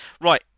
right